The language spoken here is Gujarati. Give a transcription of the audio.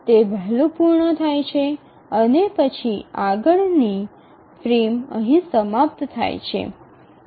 તે વહેલું પૂર્ણ થાય છે અને પછી આગળની ફ્રેમ અહીં સમાપ્ત થાય છે